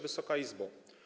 Wysoka Izbo!